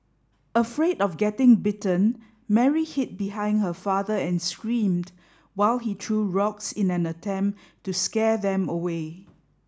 afraid of getting bitten Mary hid behind her father and screamed while he threw rocks in an attempt to scare them away